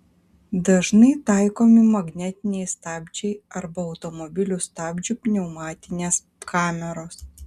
dažnai taikomi magnetiniai stabdžiai arba automobilių stabdžių pneumatinės kameros